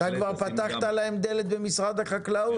אתה כבר פתחת להם דלת במשרד החקלאות?